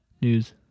News